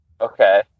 okay